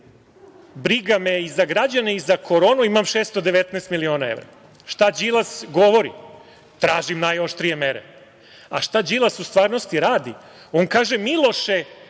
briga me i za građane i za koronu, imam 619 miliona evra. Šta Đilas govori? Tražim najoštrije mere? A šta Đilas u stvarnosti radi? On kaže – Miloše